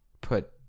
put